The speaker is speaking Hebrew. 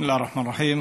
בסם אללה א-רחמאן א-רחים.